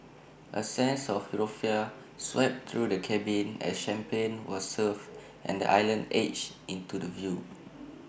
A sense of euphoria swept through the cabin as champagne was served and the island edged into the view